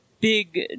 big